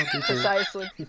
Precisely